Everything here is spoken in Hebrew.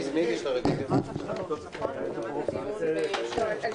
הישיבה ננעלה בשעה 15:38.